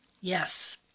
Yes